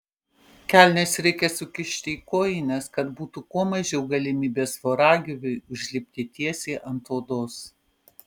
kelnes reikia sukišti į kojines kad būtų kuo mažiau galimybės voragyviui užlipti tiesiai ant odos